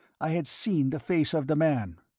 i had seen the face of the man.